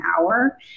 hour